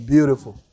Beautiful